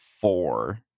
four